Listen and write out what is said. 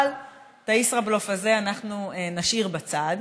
את הישראבלוף הזה אנחנו נשאיר בצד.